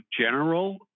general